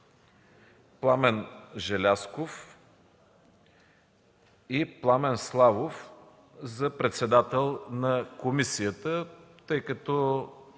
Пламен Желязков и Пламен Славов – за председател на комисията. От страна